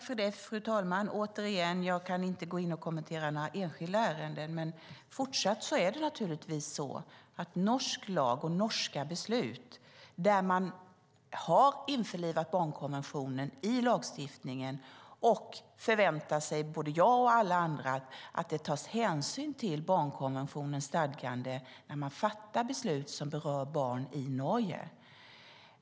Fru talman! Återigen, jag kan inte kommentera enskilda ärenden. Men när det gäller norsk lag och norska beslut är det fortfarande så att barnkonventionen har införlivats i lagstiftningen, och jag liksom alla andra förväntar mig att hänsyn tas till dess stadgande när beslut fattas som berör barn i Norge.